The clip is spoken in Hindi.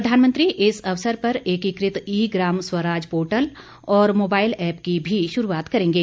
प्रधानमंत्री इस अवसर पर एकीकृत ई ग्राम स्वराज पोर्टल और मोबाइल ऐप की भी शुरूआत करेंगे